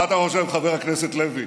מה אתה חושב, חבר הכנסת לוי,